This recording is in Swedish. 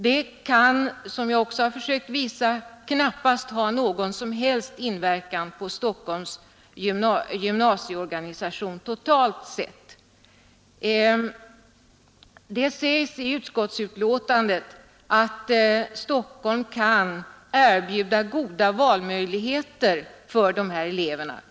Det kan, som jag också försökt visa, knappast ha någon som helst inverkan på Stockholms gymnasieorganisation totalt sett. Det sägs i utskottsbetänkandet att Stockholm kan erbjuda goda valmöjligheter för dessa elever.